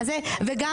וגם